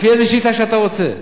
לפי איזו שיטה שאתה רוצה,